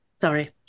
Sorry